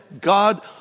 God